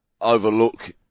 overlook